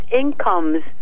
incomes